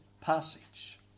passage